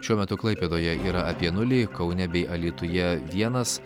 šiuo metu klaipėdoje yra apie nulį kaune bei alytuje vienas